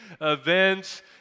events